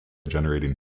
generating